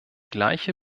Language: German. gleiche